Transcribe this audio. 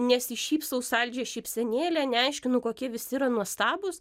nesišypsau saldžia šypsenėle neaiškinu kokie visi yra nuostabūs